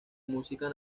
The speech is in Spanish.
música